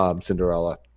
Cinderella